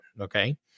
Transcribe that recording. Okay